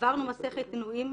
עברנו מסכת עינויים,